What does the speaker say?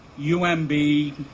UMB